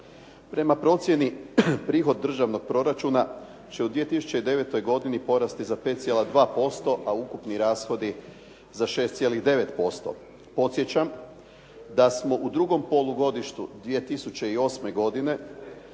Prema procjeni, prihod državnog proračuna će u 2009. godini porasti za 5,2% a ukupni rashodi za 6,9%. Podsjećam da smo u drugom polugodištu 2008. godine